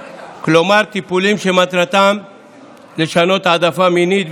כלומר טיפולים שמטרתם לשנות העדפה מינית,